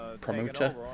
promoter